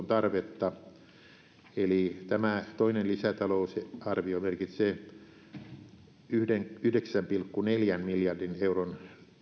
tarvetta eli tämä toinen lisätalousarvio merkitsee yhdeksän yhdeksän pilkku neljän miljardin euron